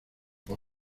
por